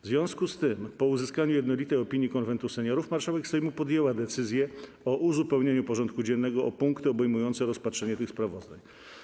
W związku z tym, po uzyskaniu jednolitej opinii Konwentu Seniorów, marszałek Sejmu podjęła decyzję o uzupełnieniu porządku dziennego o punkty obejmujące rozpatrzenie tych sprawozdań.